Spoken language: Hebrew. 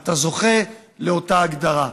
אתה זוכה לאותה הגדרה.